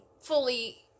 fully